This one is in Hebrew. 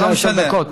יש לך עשר דקות.